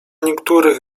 niektórych